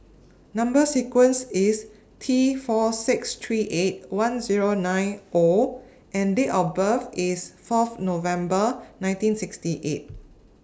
Number sequence IS T four six three eight one Zero nine O and Date of birth IS Fourth November nineteen sixty eight